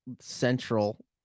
central